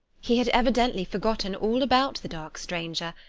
he had evidently forgotten all about the dark stranger,